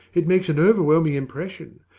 it makes an overwhelming impression.